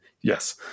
Yes